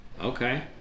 okay